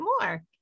more